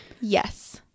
yes